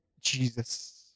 Jesus